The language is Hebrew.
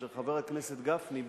כאשר חבר הכנסת גפני,